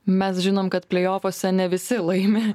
mes žinom kad pleijofuose ne visi laimi